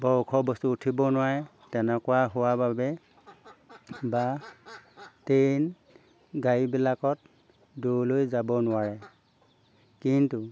বৰ ওখ বস্তু উঠিব নোৱাৰে তেনেকুৱা হোৱাৰ বাবে বা ট্ৰেইন গাড়ীবিলাকত দূৰলৈ যাব নোৱাৰে কিন্তু